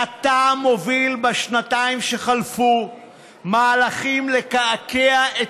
אתה מוביל בשנתיים שחלפו מהלכים לקעקע את